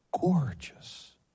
gorgeous